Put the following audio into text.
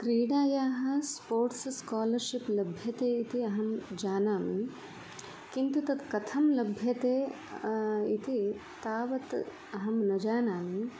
क्रीडायाः sports scholarship लभ्यते इति अहं जानामि किन्तु तत् कथं लभ्यते इति तावत् अहं न जानामि